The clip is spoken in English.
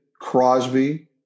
Crosby